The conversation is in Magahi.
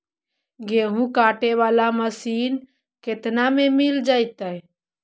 गेहूं काटे बाला मशीन केतना में मिल जइतै?